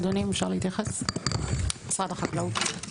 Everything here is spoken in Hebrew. אדוני, אם אפשר להתייחס, משרד החקלאות.